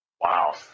Wow